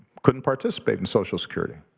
couldn't participate in social security.